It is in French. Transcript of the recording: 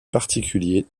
particulier